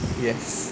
yes